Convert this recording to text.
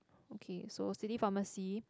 okay so city pharmacy